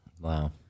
Wow